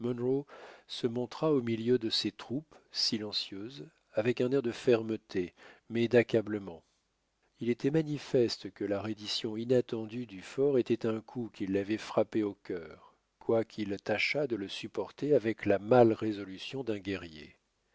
se montra au milieu de ses troupes silencieuses avec un air de fermeté mais d'accablement il était manifeste que la reddition inattendue du fort était un coup qui lavait frappé au cœur quoiqu'il tâchât de le supporter avec la mâle résolution d'un guerrier